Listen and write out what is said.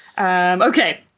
Okay